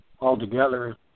Altogether